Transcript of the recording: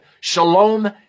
Shalom